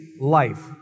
life